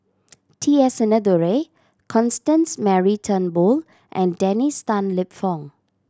T S Sinnathuray Constance Mary Turnbull and Dennis Tan Lip Fong